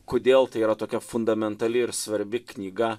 kodėl tai yra tokia fundamentali ir svarbi knyga